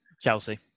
Chelsea